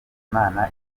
imana